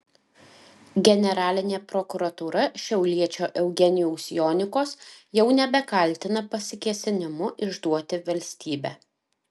generalinė prokuratūra šiauliečio eugenijaus jonikos jau nebekaltina pasikėsinimu išduoti valstybę